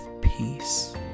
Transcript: peace